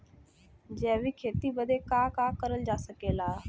जैविक खेती बदे का का करल जा सकेला?